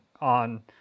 on